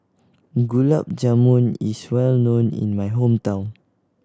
Gulab Jamun is well known in my hometown